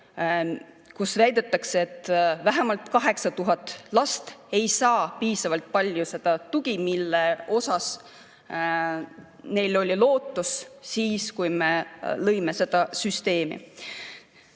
kus väidetakse, et vähemalt 8000 last ei saa piisavalt palju seda tuge, mille saamiseks neil oli lootus siis, kui me seda süsteemi